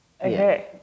Okay